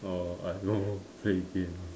or I will play game